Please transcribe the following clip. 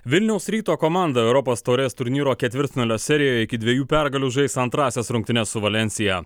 vilniaus ryto komanda europos taurės turnyro ketvirtfinalio serijoje iki dviejų pergalių žais antrąsias rungtynes su valensija